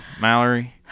Mallory